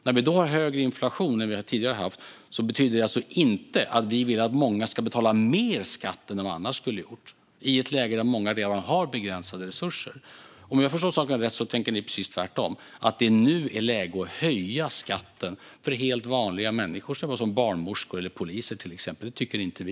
När vi då har högre inflation än tidigare betyder det alltså inte att vi vill att många ska betala mer skatt än de annars skulle ha gjort, i ett läge där många redan har begränsade resurser. Om jag förstått saken rätt tänker ni precis tvärtom, att det nu är läge att höja skatten för helt vanliga människor som barnmorskor och poliser. Det tycker inte vi.